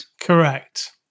Correct